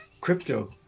crypto